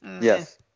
Yes